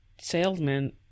salesman